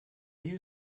you